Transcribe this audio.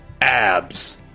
abs